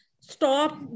stop